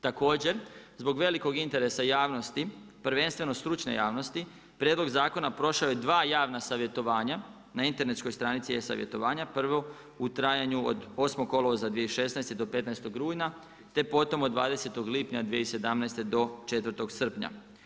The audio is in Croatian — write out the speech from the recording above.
Također zbog velikog interesa javnosti prvenstveno stručne javnosti, prijedlog zakona prošao je dva javna savjetovanja, na internetskoj stranici e-savjetovanja prvo u trajanju od 8. kolovoza 2016. do 15. rujna te potom od 20. lipnja 2017. do 4. srpnja.